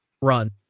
run